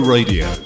Radio